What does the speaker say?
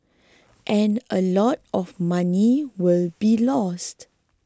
and a lot of money will be lost